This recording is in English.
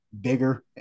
bigger